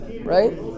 right